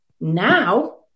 Now